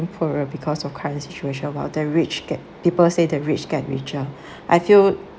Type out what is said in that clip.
poorer because of current situation while the rich get people say the rich get richer I feel